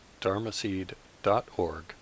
dharmaseed.org